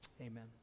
amen